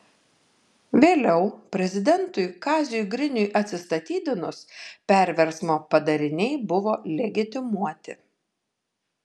vėliau prezidentui kaziui griniui atsistatydinus perversmo padariniai buvo legitimuoti